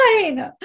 fine